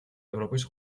ევროპის